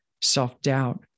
self-doubt